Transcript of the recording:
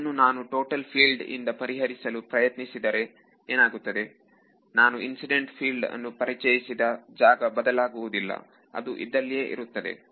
ಇದನ್ನು ನಾನು total field ಇಂದ ಪರಿಹರಿಸಲು ಪ್ರಯತ್ನಿಸಿದ ಏನಾಗುತ್ತದೆ ನಾನು ಇನ್ಸಿಡೆಂಟ್ ಫೀಲ್ಡ್ ಅನ್ನು ಪರಿಚಯಿಸಿದ ಜಾಗ ಬದಲಾಗುವುದಿಲ್ಲ ಅದು ಇದರಲ್ಲಿಯೇ ಇರುತ್ತದೆ